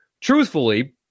truthfully